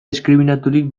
diskriminaturik